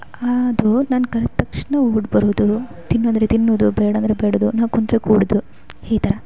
ಆದು ನಾನು ಕರ್ದ ತಕ್ಷಣ ಓಡಿ ಬರೋದು ತಿನ್ನು ಅಂದರೆ ತಿನ್ನೋದು ಬೇಡಂದರೆ ಬೇಡದು ನಾವು ಕೂತ್ರೆ ಕೂಡೋದು ಈ ಥರ